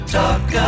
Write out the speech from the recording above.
talk